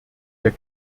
der